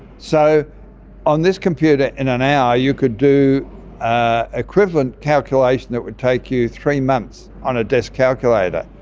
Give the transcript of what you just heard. so on this computer in an hour you could do ah equivalent calculation that would take you three months on a desk calculator.